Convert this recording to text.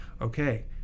Okay